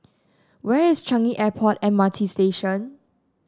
where is Changi Airport M R T Station